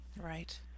right